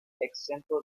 exento